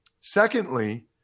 Secondly